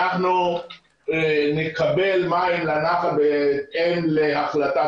אנחנו נקבל מים לנחל בהתאם להחלטת